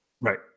Right